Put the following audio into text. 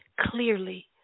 clearly